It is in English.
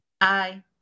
Aye